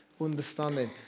understanding